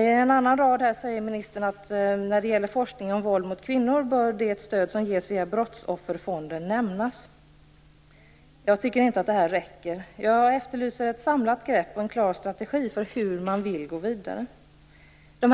På en annan rad i svaret säger ministern att när det gäller forskningen av våld mot kvinnor bör det stöd som ges via Brottsofferfonden nämnas. Jag tycker inte att det här räcker. Jag efterlyser ett samlat grepp och en klar strategi för hur man vill gå vidare. De